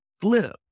flip